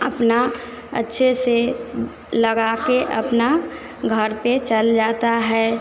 अपना अच्छे से लगाकर अपना घर पर चल जाता है